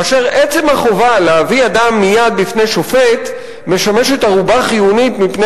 כאשר עצם החובה להביא אדם מייד בפני שופט משמשת ערובה חיונית מפני